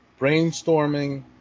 brainstorming